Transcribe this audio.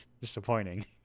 Disappointing